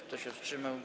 Kto się wstrzymał?